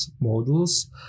models